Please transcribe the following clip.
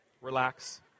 relax